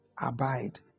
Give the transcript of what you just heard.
abide